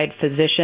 physician